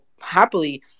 happily